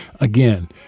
Again